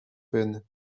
peine